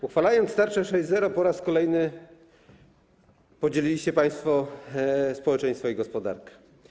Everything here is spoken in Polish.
Uchwalając tarczę 6.0, po raz kolejny podzieliliście państwo społeczeństwo i gospodarkę.